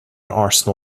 arsenal